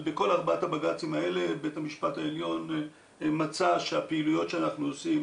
ובכל ארבעת הבג"צים האלה בית המשפט העליון מצא שהפעילויות שאנחנו עושים,